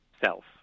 self